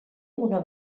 una